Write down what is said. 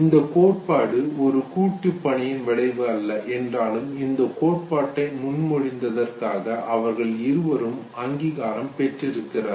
இந்த கோட்பாடு ஒரு கூட்டு பணியின் விளைவு அல்ல என்றாலும் இந்தக் கோட்பாட்டை முன்மொழிந்ததற்காக அவர்கள் இருவரும் அங்கீகாரம் பெற்றிருக்கிறார்கள்